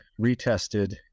retested